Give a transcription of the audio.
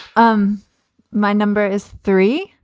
um my number is three.